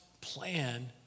plan